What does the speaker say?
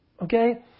Okay